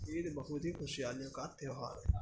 عید بہت ہی خوشیالیوں کا تہوار ہے